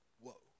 Whoa